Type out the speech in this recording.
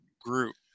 group